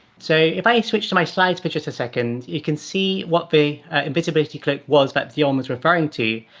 so if i switch to my slides for but just a second, you can see what the invisibility cloak was that dion was referring to.